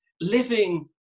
living